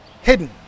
hidden